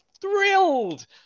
thrilled